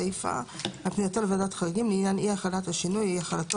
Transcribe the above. סיפה על פנייתו לוועדת חריגים לעניין אי החלת השינוי או אי החלתו